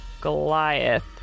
Goliath